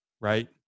right